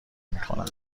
میکنن